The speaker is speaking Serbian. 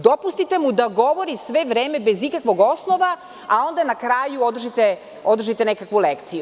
Dopustite mu da govori sve vreme bez ikakvog osnova, a onda na kraju održite nekakvu lekciju.